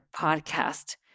podcast